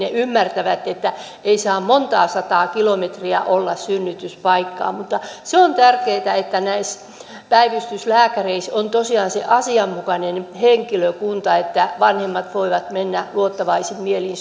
he ymmärtävät että ei saa montaa sataa kilometriä olla synnytyspaikkaan se on tärkeätä että päivystyslääkäreiden joukossa on tosiaan se asianmukainen henkilökunta että vanhemmat voivat mennä luottavaisin mielin